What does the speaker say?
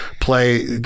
play